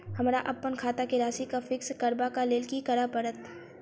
हमरा अप्पन खाता केँ राशि कऽ फिक्स करबाक लेल की करऽ पड़त?